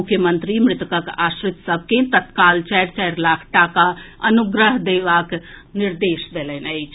मुख्यमंत्री मृतकक आश्रित सभ के तत्काल चारि चारि लाख टाका अनुग्रह अनुदान देबाक निर्देश देलनि अछि